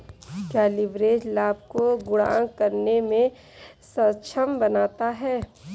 क्या लिवरेज लाभ को गुणक करने में सक्षम बनाता है?